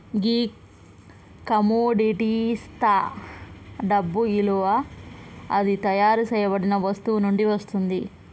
గీ కమొడిటిస్తా డబ్బు ఇలువ అది తయారు సేయబడిన వస్తువు నుండి వస్తుంది